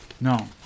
No